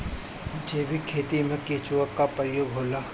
जैविक खेती मे केचुआ का उपयोग होला?